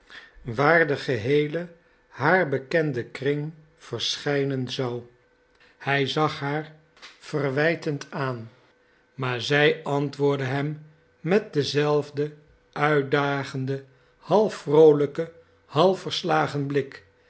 waar de geheele haar bekende kring verschijnen zou hij zag haar verwijtend aan maar zij antwoordde hem met den zelfden uitdagenden half vroolijken half verslagen blik